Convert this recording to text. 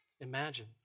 imagine